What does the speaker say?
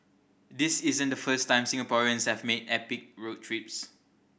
this isn't the first time Singaporeans have made epic road trips